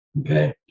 Okay